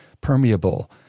permeable